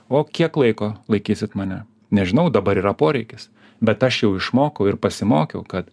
o kiek laiko laikysit mane nežinau dabar yra poreikis bet aš jau išmokau ir pasimokiau kad